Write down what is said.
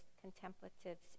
contemplatives